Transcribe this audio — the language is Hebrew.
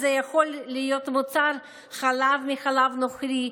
זה יכול להיות מוצר חלב מחלב נוכרי,